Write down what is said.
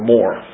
More